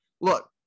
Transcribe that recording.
Look